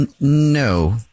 No